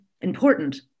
important